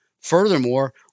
Furthermore